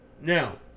Now